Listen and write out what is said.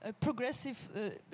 progressive